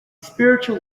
spiritual